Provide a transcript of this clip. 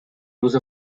use